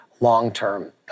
long-term